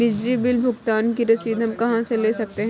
बिजली बिल भुगतान की रसीद हम कहां से ले सकते हैं?